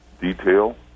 detail